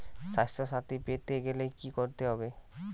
স্বাস্থসাথী পেতে গেলে কি করতে হবে?